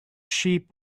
sheep